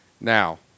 Now